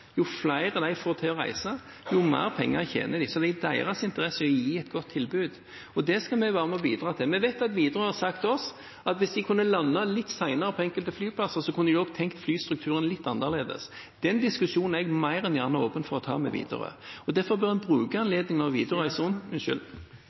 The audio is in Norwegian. Jo flere de får til å reise, jo mer penger tjener de, så det er i deres interesse å gi et godt tilbud. Det skal vi være med og bidra til. Widerøe har sagt til oss at hvis de kunne lande litt senere på enkelte flyplasser, kunne de også tenkt flystrukturen litt annerledes. Den diskusjonen er jeg mer enn gjerne åpen for å ta med Widerøe. Derfor bør en bruke